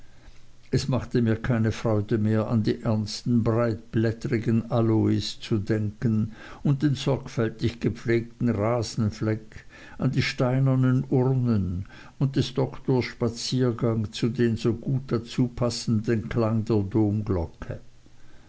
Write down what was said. es machte mir keine freude mehr an die ernsten breitblättrigen aloes zu denken und den sorgfältig gepflegten rasenfleck an die steinernen urnen und des doktors spaziergang und den so gut dazu passenden klang der domglocke